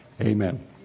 Amen